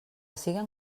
siguen